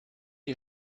ihr